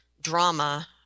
drama